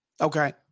okay